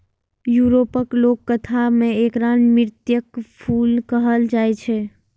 यूरोपक लोककथा मे एकरा मृत्युक फूल कहल जाए छै